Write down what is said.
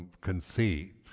conceit